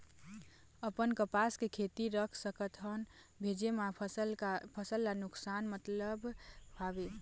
अपन कपास के खेती रख सकत हन भेजे मा फसल ला नुकसान मतलब हावे?